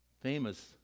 famous